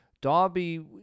Darby